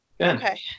okay